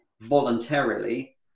voluntarily